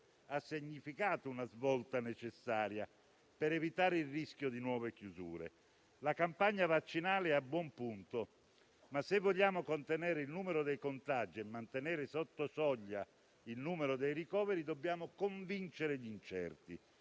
ha significato una svolta necessaria, per evitare il rischio di nuove chiusure. La campagna vaccinale è a buon punto, ma se vogliamo contenere il numero dei contagi e mantenere sotto soglia il numero dei ricoveri dobbiamo convincere gli incerti